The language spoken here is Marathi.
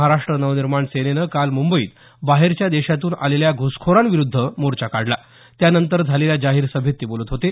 महाराष्ट्र नव निर्माण सेनेनं काल मुंबईत बाहेरच्या देशातून आलेल्या घुसखोरांविरुद्ध मोर्चा काढला त्यांनंतर झालेल्या जाहीर सभेत ते बोलत होते